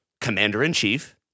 commander-in-chief